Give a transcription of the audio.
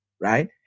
right